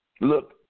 Look